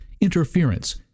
interference